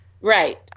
right